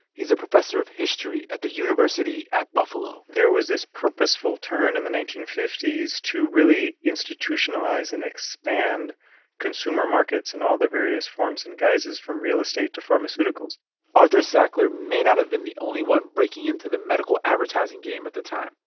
he's a professor of history at the university at buffalo there was this purposeful turn in the nineteen fifty s to really institutionalize and expand consumer markets in all their various forms and guises, from real estate to pharmaceuticals arthur sackler may not have been the only one breaking into the medical advertising game at the time,